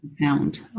pound